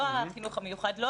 לא החינוך המיוחד,